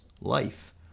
life